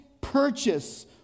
purchase